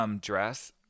dress